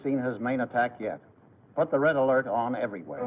seen his main attack yet but the red alert on every